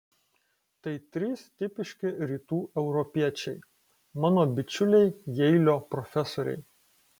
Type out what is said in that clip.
tai trys tipiški rytų europiečiai mano bičiuliai jeilio profesoriai